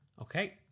okay